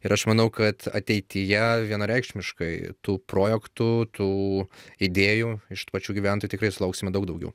ir aš manau kad ateityje vienareikšmiškai tų projektų tų idėjų iš pačių gyventojų tikrai sulauksime daug daugiau